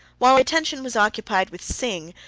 while our attention was occupied with sing,